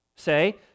say